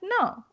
no